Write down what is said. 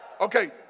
Okay